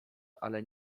ale